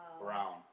Brown